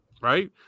right